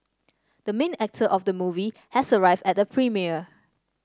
the main actor of the movie has arrived at the premiere